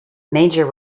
major